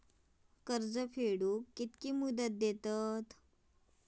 कर्ज फेडूक कित्की मुदत दितात?